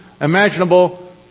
imaginable